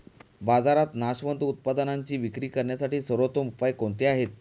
बाजारात नाशवंत उत्पादनांची विक्री करण्यासाठी सर्वोत्तम उपाय कोणते आहेत?